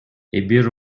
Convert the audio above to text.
эпир